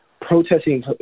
protesting